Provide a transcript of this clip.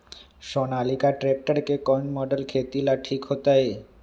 Sonalika tractor के कौन model खेती ला ठीक होतै?